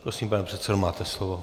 Prosím, pane předsedo, máte slovo.